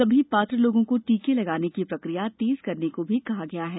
सभी पात्र लोगों को टीके लगाने की प्रक्रिया तेज करने को भी कहा गया है